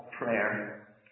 prayer